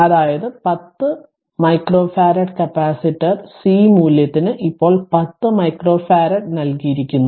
അതായത് 10 microfarad capacitor C മൂല്യത്തിന് ഇപ്പോൾ 10 മൈക്രോഫറാഡ് നൽകിയിരിക്കുന്നു